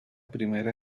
primera